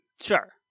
sure